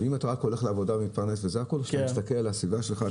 ואם אתה רק הולך לעבודה ומתפרנס וזה הכול כשאתה מסתכל על הסביבה שלך,